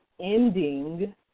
ending